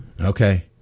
Okay